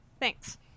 Thanks